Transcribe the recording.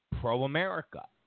pro-America